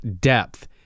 depth